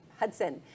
Hudson